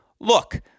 Look